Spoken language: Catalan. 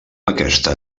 aquesta